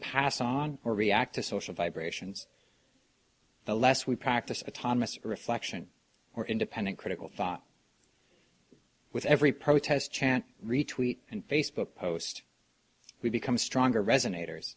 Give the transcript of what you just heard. pass on or react to social vibrations the less we practice autonomous reflection or independent critical thought with every protest chant retreat and facebook post we become stronger resonat